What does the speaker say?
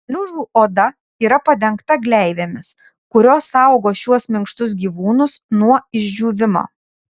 šliužų oda yra padengta gleivėmis kurios saugo šiuos minkštus gyvūnus nuo išdžiūvimo